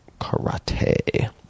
karate